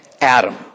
Adam